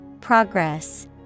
Progress